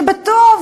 שבטוב,